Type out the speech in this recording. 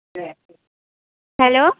hello